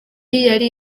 yari